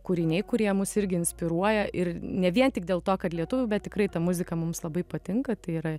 kūriniai kurie mus irgi inspiruoja ir ne vien tik dėl to kad lietuvių bet tikrai ta muzika mums labai patinka tai yra